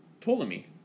Ptolemy